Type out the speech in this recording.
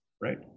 Right